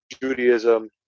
Judaism